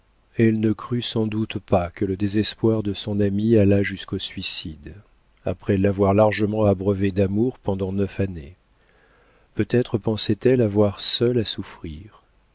elle ne crut sans doute pas que le désespoir de son ami allât jusqu'au suicide après l'avoir largement abreuvé d'amour pendant neuf années peut-être pensait-elle avoir seule à souffrir